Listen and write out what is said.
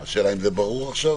--- השאלה אם זה ברור עכשיו?